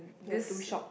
the two shop